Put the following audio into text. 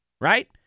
right